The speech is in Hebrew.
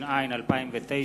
התש"ע 2009,